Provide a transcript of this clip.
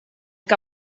que